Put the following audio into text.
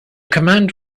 command